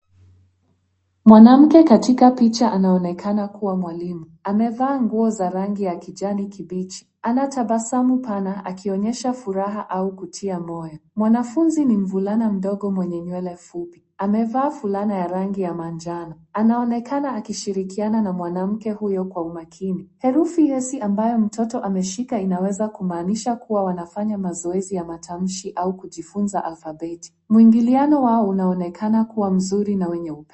Mwanamke katika picha anaonekana kuwa mwalimu. Amevaa nguo za rangi ya kijani kibichi. Anatabasamu pana akionyesha furaha au kutia moyo. Mwanafunzi ni mvulana mdogo mwenye nywele fupi, amevaa fulana ya rangi ya manjano. Anaonekana akishirikiana na mwanamke huyo kwa umakini. Herufi esi ambayo mtoto ameshika inaweza kumaanisha kua, wanafanya mazoezi ya matamshi au kujifunza alfabeti. Muingiliano wao unaonekana kuwa mzuri na wenye upendo.